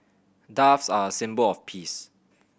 doves are a symbol of peace